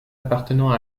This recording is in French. appartenant